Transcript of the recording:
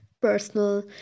personal